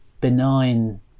benign